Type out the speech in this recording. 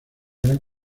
gran